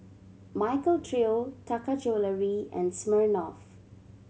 Michael Trio Taka Jewelry and Smirnoff